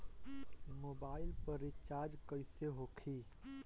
Mobile पर recharge कैसे होखी?